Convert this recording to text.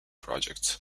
projects